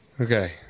Okay